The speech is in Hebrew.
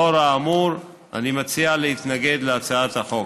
לאור האמור, אני מציע להתנגד להצעת החוק.